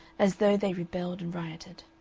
as though they rebelled and rioted.